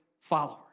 followers